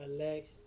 alex